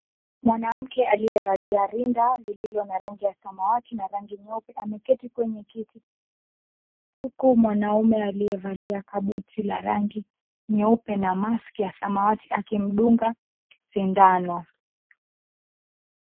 Mwanamke aliyevalia linda lililo na rangi ya samawati na rangi nyeupe ameketi kwenye kiti, huku mwanaume aliyevalia kabuti la rangi nyeupe na maski ya samawati akimdunga sindano.